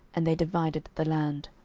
and they divided the land.